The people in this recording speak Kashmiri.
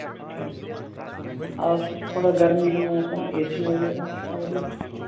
ٹھیٖک آز چھُ تھوڑا گرمی ہُنٛد موسَم اے سی وغیرہ چھُو اٮ۪ویلیبٕل